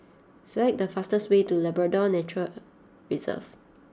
select the fastest way to Labrador Nature Reserve